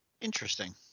Interesting